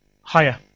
Higher